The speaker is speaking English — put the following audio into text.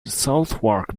southwark